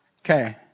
Okay